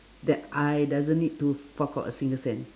that I doesn't need to fork out a single cent